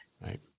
Right